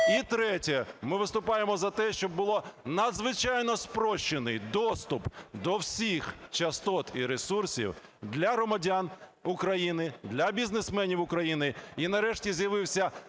І третє – ми виступаємо за те, щоб було надзвичайно спрощений доступ до всіх частот і ресурсів для громадян України, для бізнесменів України. І нарешті з'явився